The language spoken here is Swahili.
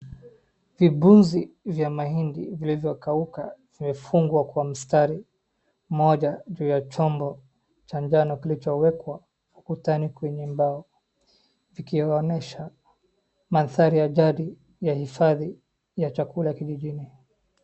Vibunzi vya mahindi vilivyokauka na vimefungwa kwa mstari moja, juu ya chombo cha njano kilichowekwa ukutani kwenye mbao vkionyesha mandhari ya jadi ya hifadhi ya chakula kijijini.